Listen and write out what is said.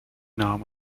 known